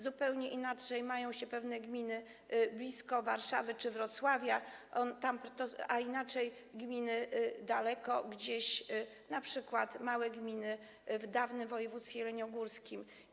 Zupełnie inaczej mają się pewne gminy blisko Warszawy czy Wrocławia, a inaczej gminy gdzieś daleko, np. małe gminy w dawnym województwie jeleniogórskim.